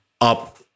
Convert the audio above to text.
up